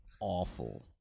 awful